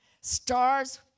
stars